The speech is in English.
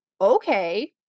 okay